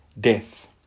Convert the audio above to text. death